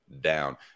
down